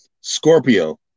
Scorpio